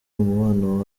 umubano